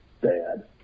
bad